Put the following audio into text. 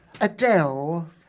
Adele